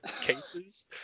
cases